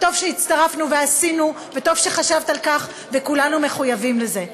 וטוב שהצטרפנו ועשינו וטוב שחשבת על כך וכולנו מחויבים לזה,